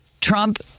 Trump